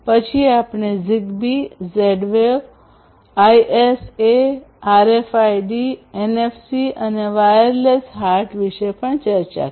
પછી આપણે Zigbee Z wave ISA RFID NFC અને વાયરલેસ હાર્ટ વિશે પણ ચર્ચા કરી